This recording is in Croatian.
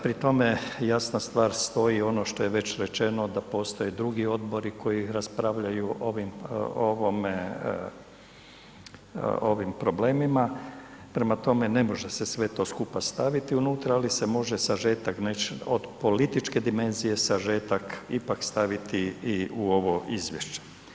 Pri tome jasna stvar stoji, ono što je već rečeno, da postoje drugi odbori koji raspravljaju o ovim problemima, prema tome, ne može se sve to skupa staviti unutra, ali se može sažetak nečega, od političke dimenzije sažetak ipak staviti i u ovo izvješće.